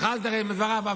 הרי התחלתי עם דבריו,